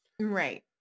Right